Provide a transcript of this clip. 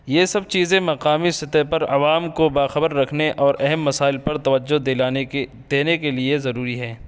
یہ سب چیزیں مقامی سطح پر عوام کو باخبر رکھنے اور اہم مسائل پر توجہ دلانے کی دینے کے لیے ضروری ہے